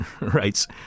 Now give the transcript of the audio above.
writes